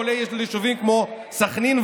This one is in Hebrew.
כולל יישובים כמו סח'נין,